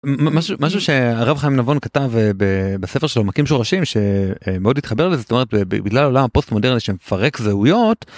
משהו שהרב חיים נבון כתב בספר שלו "מכים שורשים" שמאוד התחבר לזה, זאת אומרת, בגלל העולם הפוסט מודרני שמפרק זהויות.